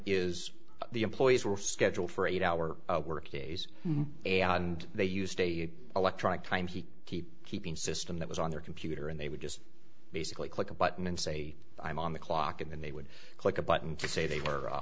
is the employees were scheduled for eight hour work days and they used electronic time he keep keeping system that was on their computer and they would just basically click a button and say i'm on the clock and they would click a button to say they were